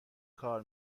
کار